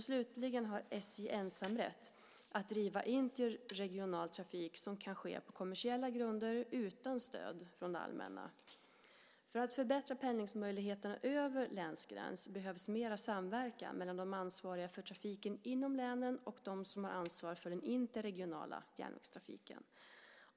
Slutligen har SJ ensamrätt att driva interregional trafik som kan ske på kommersiella grunder utan stöd från det allmänna. För att förbättra pendlingsmöjligheterna över länsgränser behövs mera samverkan mellan de ansvariga för trafiken inom länen såväl som med dem som har ansvar för den interregionala järnvägstrafiken.